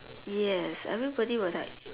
yes everybody will like